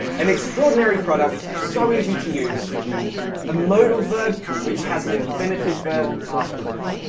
an extraordinary product so easy to use ah modal verb which has an infinitive verb afterwards.